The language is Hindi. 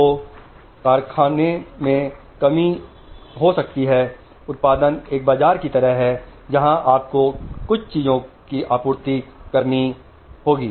तो कारखाने में कमी हो सकती है उत्पादन एक बाजार की तरह है जहां आपको कुछ चीजों की आपूर्ति करनी होगी